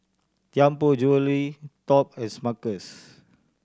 Tianpo Jewellery Top and Smuckers